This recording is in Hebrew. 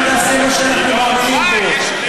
אנחנו נעשה מה שאנחנו מאמינים בו, יש קריאה לחרם.